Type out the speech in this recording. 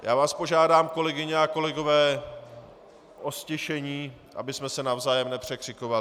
Já vás požádám kolegyně a kolegové o ztišení, abychom se navzájem nepřekřikovali.